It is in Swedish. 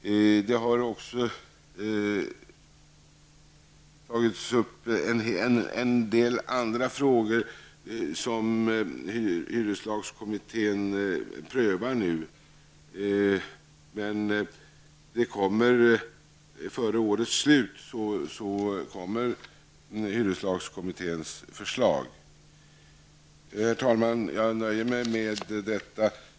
En del andra frågor som hyreslagskommittén nu prövar har också tagits upp. Före årets slut kommer hyreslagskommitténs förslag. Herr talman! Jag nöjer mig med detta.